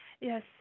Yes